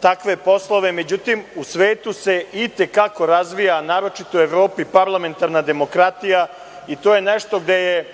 takve poslove. Međutim, u svetu se i te kako razvija naročito u Evropi parlamentarna demokratija i to je nešto gde je